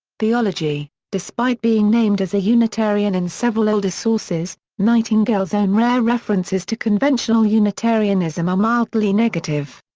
theology despite being named as a unitarian in several older sources, nightingale's own rare references to conventional unitarianism are mildly negative.